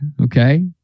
Okay